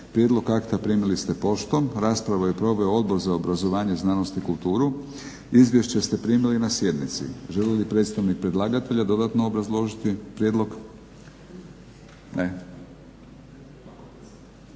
Prijedlog akta primili ste poštom. Raspravu je proveo Odbor za obrazovanje, znanost i kulturu. Izvješća ste primili na sjednici. Želi li predstavnik predlagatelja dodatno obrazložiti prijedlog? Ne.